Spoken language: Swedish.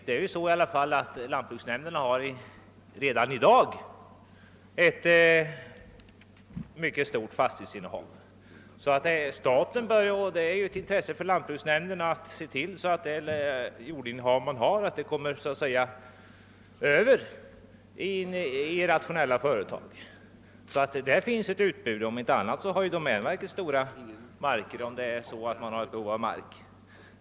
Men, herr Johanson, lantbruksnämndernas fastighetsinnehav är ju redan nu mycket stort, och det är självfallet ett intresse för lantbruksnämnderna att den jorden överförs på rationella företag. Här finns alltså ett utbud. Om inte annat har domänverket stora markresurser, som kunde tas i anspråk om man har behov av sådana.